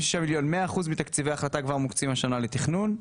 100% מתקציבי ההחלטה כבר מוקצים השנה לתכנון,